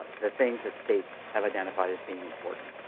the things that states have identified as being important.